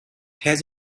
has